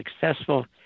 successful